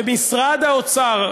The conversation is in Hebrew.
ומשרד האוצר,